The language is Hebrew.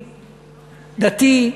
דתי,